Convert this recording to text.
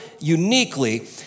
uniquely